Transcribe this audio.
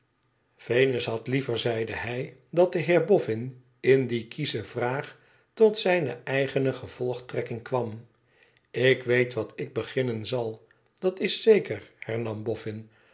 venus had liever zeide hij dat de heer boffin in die kiesche vraag tot zijne eigene gevoltrekkingen kwam ik weet wat ik beginnen zal dat is zeker